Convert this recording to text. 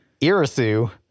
Irasu